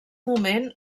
moment